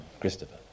Christopher